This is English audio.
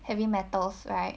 heavy metals right